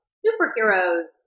superheroes